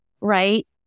right